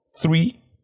Three